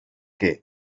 que